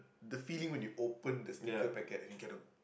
the feeling when you open the sticker packer and you get a